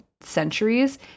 centuries